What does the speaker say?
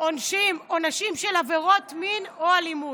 עונשים של עבירות מין או אלימות.